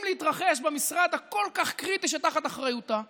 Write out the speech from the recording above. להתרחש במשרד הכל-כך קריטי שתחת אחריותה,